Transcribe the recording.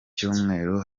cyumweru